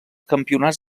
campionats